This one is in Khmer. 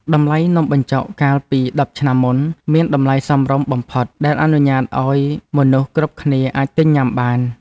តម្លៃនំបញ្ចុកកាលពីដប់ឆ្នាំមុនមានតម្លៃសមរម្យបំផុតដែលអនុញ្ញាតឱ្យមនុស្សគ្រប់គ្នាអាចទិញញ៉ាំបាន។